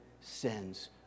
sins